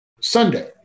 Sunday